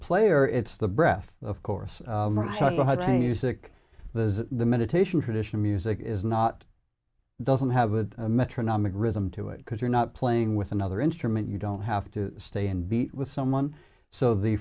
player it's the breath of course sick the meditation tradition music is not doesn't have a metronomic rhythm to it because you're not playing with another instrument you don't have to stay and be with someone so the